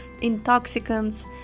intoxicants